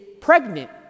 pregnant